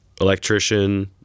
Electrician